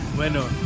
Bueno